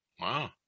Wow